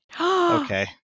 okay